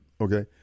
Okay